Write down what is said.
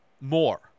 more